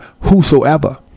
whosoever